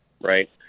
right